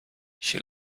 she